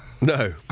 no